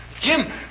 Jim